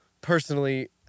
personally